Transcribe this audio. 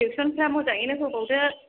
टिउसनफ्रा मोजाङै होबावदो